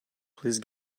please